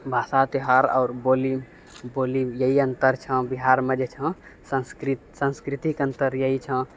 भाषा त्यौहार आओर बोली बोली यही अन्तर छौँ बिहारमे जे छौँ संस्कृति संस्कृतिके अन्तर यही छौँ